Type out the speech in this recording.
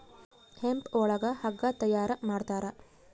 hemp ಒಳಗ ಹಗ್ಗ ತಯಾರ ಮಾಡ್ತಾರ